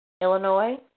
Illinois